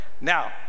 now